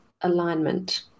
alignment